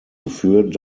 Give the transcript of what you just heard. geführt